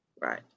right